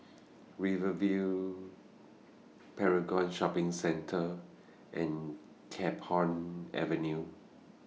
Rivervale Paragon Shopping Centre and Camphor Avenue